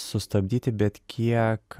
sustabdyti bet kiek